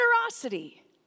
generosity